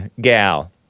Gal